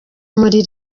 muri